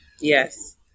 Yes